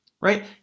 right